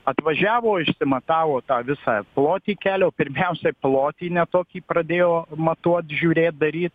atvažiavo išsimatavo tą visą plotį kelio pirmiausiai plotį ne tokį pradėjo matuot žiūrėt daryt